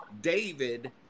David